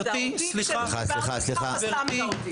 אנחנו עדיין נמצאים במצב של מגפה שנמצאת בעולם.